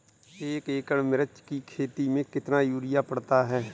एक एकड़ मिर्च की खेती में कितना यूरिया पड़ता है?